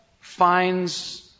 finds